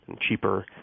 cheaper